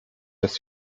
dass